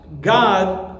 God